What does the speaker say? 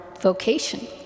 vocation